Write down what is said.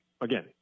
again